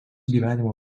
gyvenimo